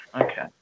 okay